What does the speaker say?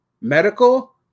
medical